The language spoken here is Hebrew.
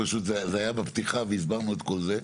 פשוט זה היה בפתיחה והסברנו את כל זה.